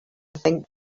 think